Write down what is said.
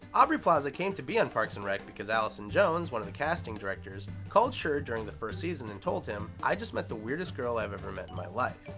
aubrey plaza came to be on parks and rec because allison jones, one of the casting directors, called schur during the first season and told him, i just met the weirdest girl i've ever met in my life.